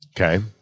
Okay